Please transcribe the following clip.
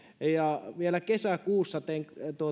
ja vielä kesäkuussa tein